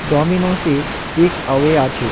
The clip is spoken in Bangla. ডমিনোসে টেক অ্যাওয়ে আছে